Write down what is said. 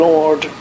Lord